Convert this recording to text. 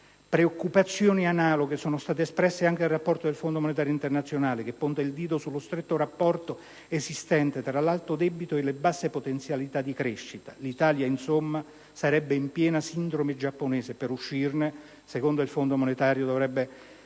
Preoccupazioni analoghe sono state espresse anche dal rapporto del Fondo monetario internazionale, che punta il dito sullo stretto rapporto esistente tra l'alto debito e le basse potenzialità di crescita. L'Italia, insomma, sarebbe in piena sindrome giapponese e per uscirne, secondo il Fondo monetario, dovrebbe